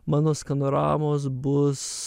mano skanoramos bus